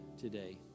today